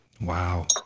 wow